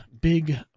Big